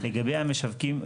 לגבי המשווקים,